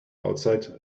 outside